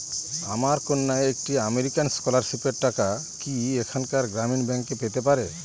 আমার কন্যা একটি আমেরিকান স্কলারশিপের টাকা কি এখানকার গ্রামীণ ব্যাংকে পেতে পারে?